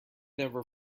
never